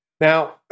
Now